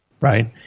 right